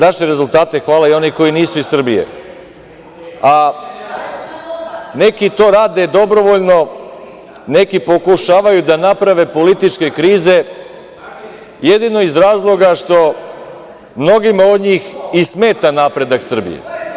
Naše rezultate hvale i oni koji nisu iz Srbije a neki to rade dobrovoljno, neki pokušavaju da naprave političke krize, jedino iz razloga što mnogima od njih i smeta napredak Srbije.